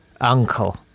uncle